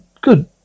good